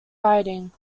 writing